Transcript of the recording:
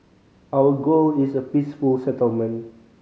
our goal is a peaceful settlement